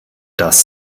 das